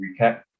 recap